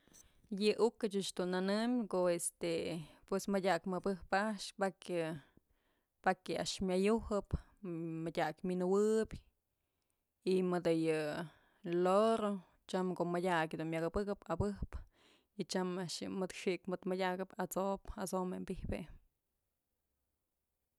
Yë uk ëch dun nënëm ko'o este pues mëdyak mëbëj a'ax pakya, pakya a'ax myëyujap mëdyak wi'injuebyë y mëdë yë loro tyam ko'o mëdyak yëdun myan abëkëp abëjpë y tyam a'ax yë mëd xi'ik mëd mëdyakëp at'sob at'sowinbyj je'e.